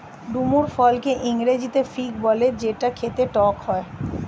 ডুমুর ফলকে ইংরেজিতে ফিগ বলে যেটা খেতে টক হয়